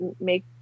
make